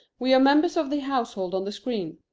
we are members of the household on the screen.